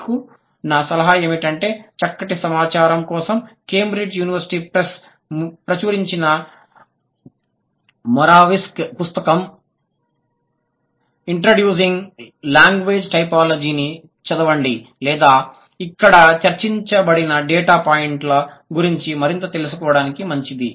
మీకు నా సలహా ఏమిటంటే చక్కటి సమాచారం కోసం కేంబ్రిడ్జ్ యూనివర్శిటీ ప్రెస్ ప్రచురించిన మొరావ్సిక్ పుస్తకం ఇంట్రడ్యూజింగ్ లాంగ్వేజ్ టైపోలాజీని చదవండి లేదా ఇక్కడ చర్చించబడిన డేటా పాయింట్ల గురించి మరింత తెలుసుకోవడం మంచిది